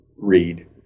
read